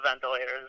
ventilators